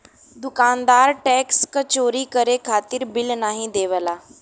दुकानदार टैक्स क चोरी करे खातिर बिल नाहीं देवला